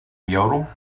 yodel